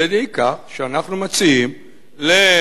על-ידי כך שאנחנו מציעים לבדואים,